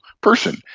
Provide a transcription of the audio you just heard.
person